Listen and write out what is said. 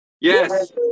Yes